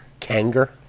kanger